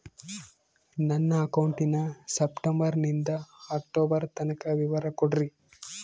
ನನ್ನ ಅಕೌಂಟಿನ ಸೆಪ್ಟೆಂಬರನಿಂದ ಅಕ್ಟೋಬರ್ ತನಕ ವಿವರ ಕೊಡ್ರಿ?